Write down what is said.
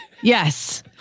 yes